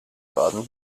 baden